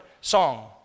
song